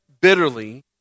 bitterly